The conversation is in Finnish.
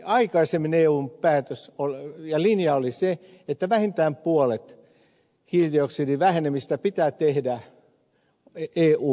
aikaisemmin eun linja oli se että vähintään puolet hiilidioksidivähenemistä pitää tehdä eun alueella